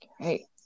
okay